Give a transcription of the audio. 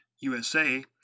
USA